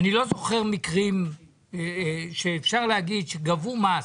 אני לא זוכר מקרים שאפשר להגיד שגבו מס